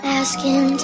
asking